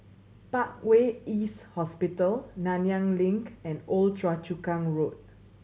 Parkway East Hospital Nanyang Link and Old Choa Chu Kang Road